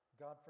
God